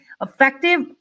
effective